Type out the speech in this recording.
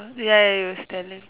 ya ya he was telling